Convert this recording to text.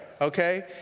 okay